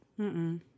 -mm